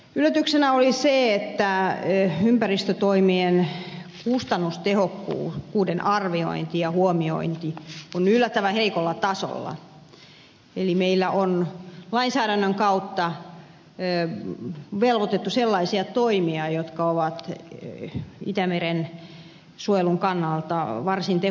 yllätyksenä oli se että ympäristötoimien kustannustehokkuuden arviointi ja huomiointi on yllättävän heikolla tasolla eli meillä on lainsäädännön kautta velvoitettu sellaisiin toimiin jotka ovat itämeren suojelun kannalta varsin tehottomia